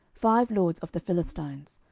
five lords of the philistines,